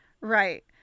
Right